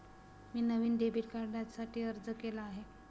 मी नवीन डेबिट कार्डसाठी अर्ज केला आहे